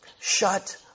Shut